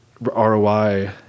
ROI